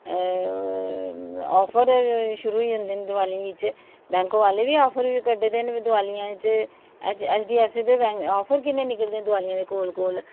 offer शुरू होई जंदे दवाली बिच बैंक वाले भी आफर कड्ढदे न दिवालियें बिच ऐच डी ऐफ सी दे आफर किन्ने निकलदे न दवालियें कोल कोल